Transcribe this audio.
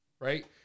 right